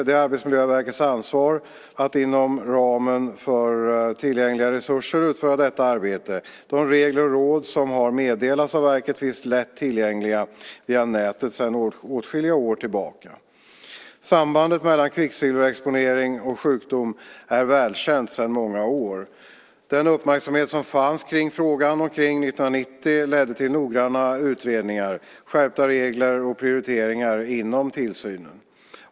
Det är Arbetsmiljöverkets ansvar att, inom ramen för tillgängliga resurser, utföra detta arbete. De regler och råd som har meddelats av verket finns lättillgängliga via nätet sedan åtskilliga år tillbaka. Sambandet mellan kvicksilverexponering och sjukdom är välkänt sedan många år. Den uppmärksamhet som fanns kring frågan omkring 1990 ledde till noggranna utredningar, skärpta regler och prioriteringar inom tillsynen.